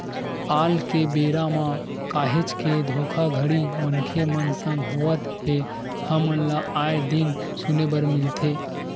आल के बेरा म काहेच के धोखाघड़ी मनखे मन संग होवत हे हमन ल आय दिन सुने बर मिलथे